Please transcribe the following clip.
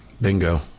Bingo